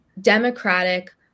democratic